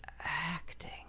acting